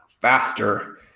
faster